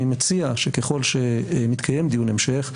אני מציע שככל שמתקיים דיון המשך,